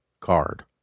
Card